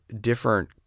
different